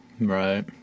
Right